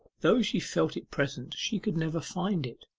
though she felt it present, she could never find it.